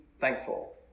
thankful